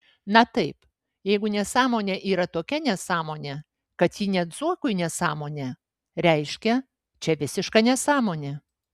na taip jeigu nesąmonė yra tokia nesąmonė kad ji net zuokui nesąmonė reiškia čia visiška nesąmonė